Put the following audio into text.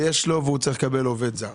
ומקבל קצבה רגילה והוא צריך לקבל עובד זה.